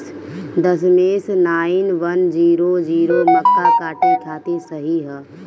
दशमेश nine one zero zero मक्का काटे खातिर सही ह?